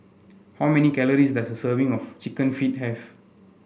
how many calories does a serving of chicken feet have